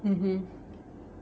mmhmm